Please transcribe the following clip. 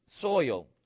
soil